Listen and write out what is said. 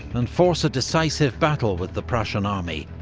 and force a decisive battle with the prussian army,